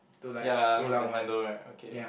ya I miss the handle right okay